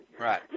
Right